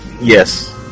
Yes